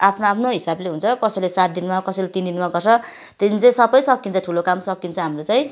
आफ्नो आफ्नो हिसाबले हुन्छ कसैले सात दिनमा कसैले तिन दिनमा गर्छ त्यो दिन चाहिँ सबै सकिन्छ ठुलो काम सकिन्छ हाम्रो चाहिँ